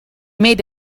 made